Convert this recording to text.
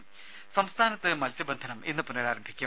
രേര സംസ്ഥാനത്ത് മത്സ്യബന്ധനം ഇന്ന് പുനഃരാരംഭിക്കും